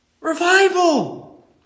Revival